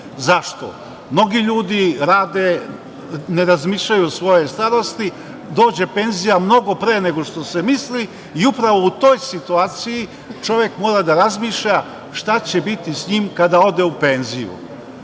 Zašto? Mnogi ljudi rade, ne razmišljaju o svojoj starosti, dođe penzija mnogo pre nego što se misli i upravo u toj situaciji čovek mora da razmišlja šta će biti sa njim kada ode u penziju.Zašto